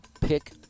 pick